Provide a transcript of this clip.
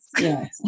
Yes